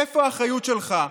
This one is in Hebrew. איפה האחריות שלך?